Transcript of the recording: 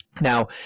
Now